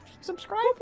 Subscribe